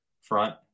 front